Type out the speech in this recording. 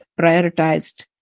prioritized